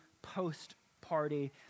post-party